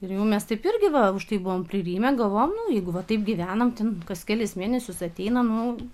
ir jau mes taip irgi va už tai buvom pririmę galvojom nu jeigu va taip gyvenam ten kas kelis mėnesius ateina nu